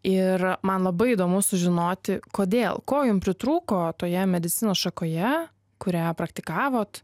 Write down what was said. ir man labai įdomu sužinoti kodėl ko jum pritrūko toje medicinos šakoje kurią praktikavot